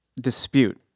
dispute